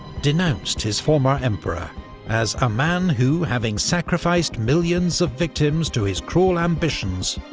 denounced his former emperor as a man who, having sacrificed millions of victims to his cruel ambitions,